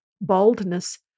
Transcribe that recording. baldness